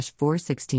416